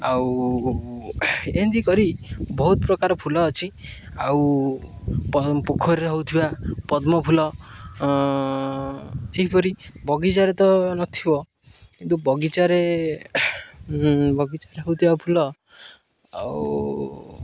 ଆଉ ଏମିତି କରି ବହୁତ ପ୍ରକାର ଫୁଲ ଅଛି ଆଉ ପୋଖରୀରେ ହେଉଥିବା ପଦ୍ମ ଫୁଲ ଏହିପରି ବଗିଚାରେ ତ ନଥିବ କିନ୍ତୁ ବଗିଚାରେ ବଗିଚାରେ ହେଉଥିବା ଫୁଲ ଆଉ